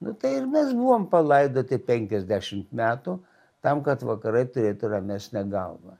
nu tai ir mes buvom palaidoti penkiasdešim metų tam kad vakarai turėtų ramesnę galvą